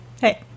hey